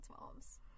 moms